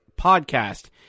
Podcast